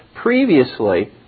previously